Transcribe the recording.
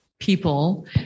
people